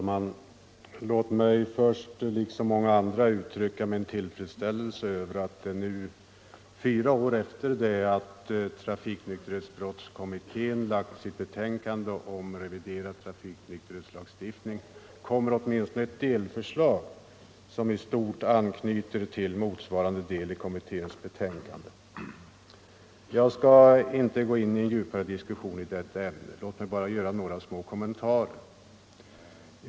Herr talman! Låt mig först, liksom många andra, uttrycka min tillfredsställelse över att det nu — fyra år efter det att trafiknykterhetskommittén lade fram sitt betänkande om reviderad trafiknykterhetslagstiftning — åtminstone kommer ett delförslag, som i stort anknyter till motsvarande avsnitt i kommitténs betänkande. Jag skall inte gå in på någon djupare diskussion i detta ämne. Låt mig bara göra några små kommentarer.